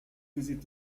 visit